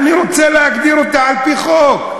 אני רוצה להגדיר את זה על-פי חוק.